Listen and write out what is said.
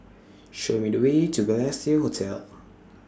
Show Me The Way to Balestier Hotel